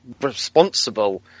responsible